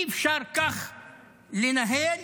אי-אפשר לנהל